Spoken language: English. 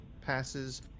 passes